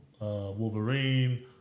Wolverine